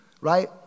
right